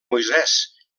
moisès